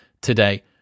today